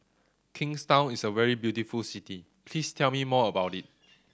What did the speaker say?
Kingstown is a very beautiful city please tell me more about it